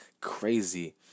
crazy